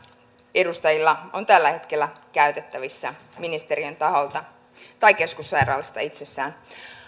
edustajilla on tällä hetkellä käytettävissä ministeriön taholta tai keskussairaalasta itsessään